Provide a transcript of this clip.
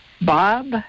Bob